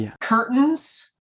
curtains